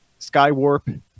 Skywarp